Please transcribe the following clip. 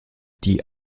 die